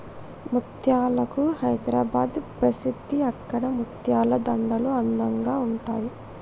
ముత్యాలకు హైదరాబాద్ ప్రసిద్ధి అక్కడి ముత్యాల దండలు అందంగా ఉంటాయి